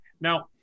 Now